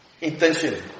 Intention